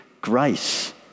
grace